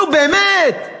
נו, באמת.